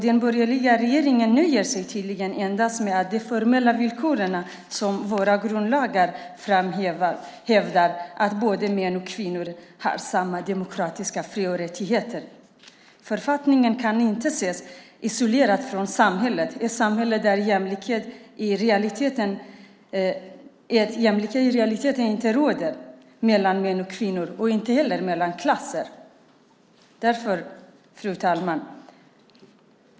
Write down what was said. Den borgerliga regeringen nöjer sig tydligen med endast de formella villkoren enligt våra grundlagar, att både män och kvinnor har samma demokratiska fri och rättigheter. Författningen kan inte ses isolerad från samhället, ett samhälle där jämlikhet i realiteten inte råder mellan män och kvinnor och inte heller mellan klasser.